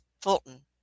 Fulton